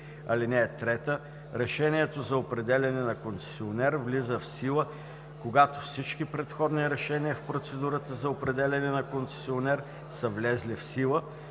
участниците. (3) Решението за определяне на концесионер влиза в сила, когато всички предходни решения в процедурата за определяне на концесионер са влезли в сила,